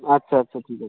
আচ্ছা আচ্ছা ঠিক আছে